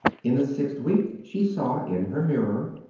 in the sixth week she saw, in her mirror,